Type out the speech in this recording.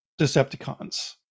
Decepticons